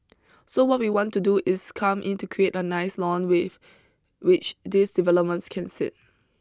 so what we want to do is come in to create a nice lawn with which these developments can sit